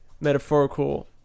metaphorical